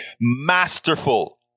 masterful